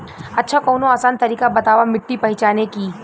अच्छा कवनो आसान तरीका बतावा मिट्टी पहचाने की?